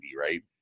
right